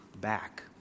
back